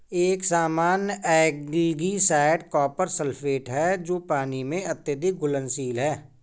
एक सामान्य algicide copper sulphate है जो पानी में अत्यधिक घुलनशील है